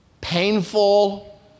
painful